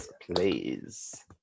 please